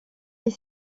est